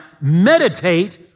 meditate